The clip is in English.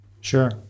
sure